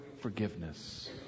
forgiveness